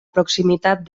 proximitat